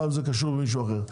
פעם זה קשור במישהו אחר.